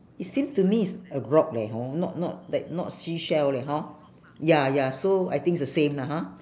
it seems to me is a rock leh hor not not like not seashell leh hor ya ya so I think it's the same lah ha